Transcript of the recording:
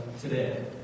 today